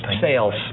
Sales